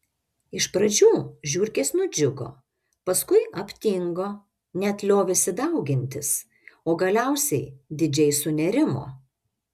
iš pradžių žiurkės nudžiugo paskui aptingo net liovėsi daugintis o galiausiai didžiai sunerimo